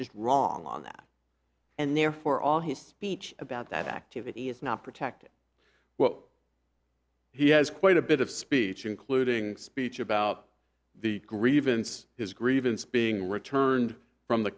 just wrong on that and therefore all his speech about that activity is not protected well he has quite a bit of speech including speech about the grievance his grievance being returned from the